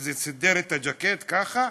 סידר את הז'קט ככה: